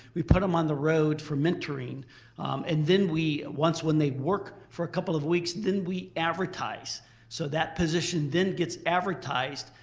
we put them on the road for mentoring and then once when they work for a couple of weeks then we advertise so that position then gets advertised.